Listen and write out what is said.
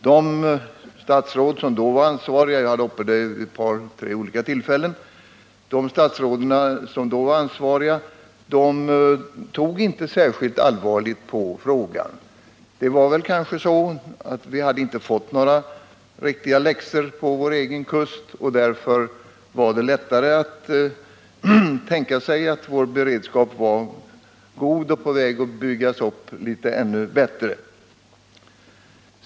De statsråd som då var ansvariga — jag tog upp frågan till debatt vid ett par tre olika tillfällen — tog inte särskilt allvarligt på frågan. Vi hade då ännu inte fått några riktiga läxor på vår egen kust, och därför var det kanske lätt att tro att vår beredskap var god och på väg att bli ännu bättre.